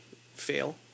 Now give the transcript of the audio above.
fail